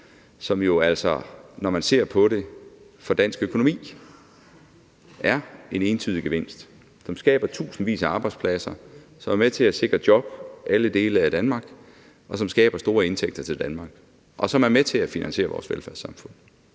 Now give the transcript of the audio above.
som jo altså, når man ser på det, for dansk økonomi er en entydig gevinst, som skaber tusindvis af arbejdspladser, som er med til at sikre job i alle dele af Danmark, som skaber store indtægter til Danmark, og som er med til at finansiere vores velfærdssamfund.